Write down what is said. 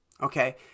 Okay